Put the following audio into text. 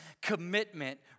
Commitment